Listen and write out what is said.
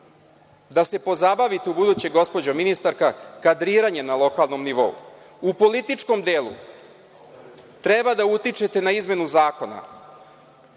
da se pozabavite ubuduće, gospođo ministarka, kadriranjem na lokalnom nivou. U političkom delu treba da utičete na izmenu zakona